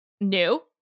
new